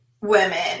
women